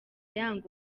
yanga